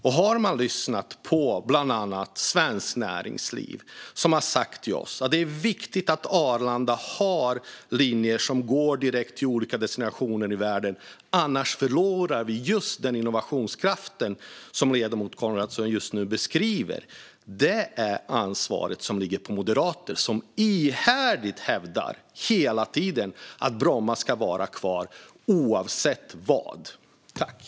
Och bland annat Svenskt Näringsliv har sagt till oss att det är viktigt att Arlanda har linjer som går direkt till olika destinationer i världen, annars förlorar vi just den innovationskraft som ledamoten Coenraads just nu beskriver. Detta ansvar ligger på moderater som hela tiden ihärdigt hävdar att Bromma ska vara kvar oavsett andra saker.